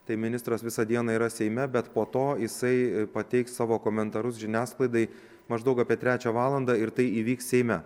tai ministras visą dieną yra seime bet po to jisai pateiks savo komentarus žiniasklaidai maždaug apie trečią valandą ir tai įvyks seime